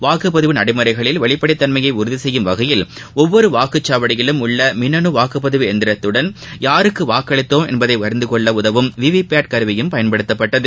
வாக்குப்பதிவு நடைமுறைகளில் வெளிப்படை தன்மையை உறுதி செய்யும் வகையில் ஒவ்வொரு வாக்குச்சாவடியிலும் உள்ள மின்னனு வாக்குப்பதிவு இயந்திரத்துடன் யாருக்கு வாக்களித்தோம் என்பதை அறிந்துகொள்ள உதவும் வி வி பேட் கருவியும் பயன்படுத்தப்பட்டது